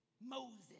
Moses